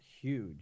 huge